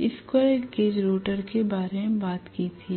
squirrel cage rotor के बारे में बात की थी